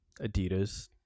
Adidas